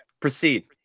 Proceed